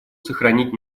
сохранить